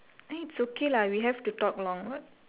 eh it's okay lah we have to talk long what